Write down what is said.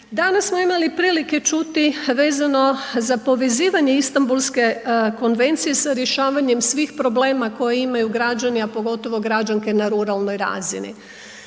Danas smo imali prilike čuti vezano za povezivanje Istanbulske konvencije s rješavanjem svih problema koje imaju građani a pogotovo građanke na ruralnoj razini.